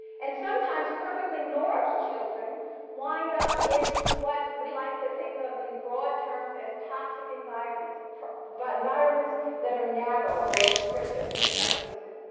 and sometimes perfectly normal children wind up in what we like to think of in broad terms as toxic environments but environments that are narrow or restrictive for some reason.